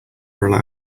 rely